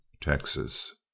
Texas